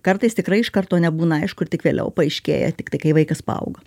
kartais tikrai iš karto nebūna aišku ir tik vėliau paaiškėja tiktai kai vaikas paauga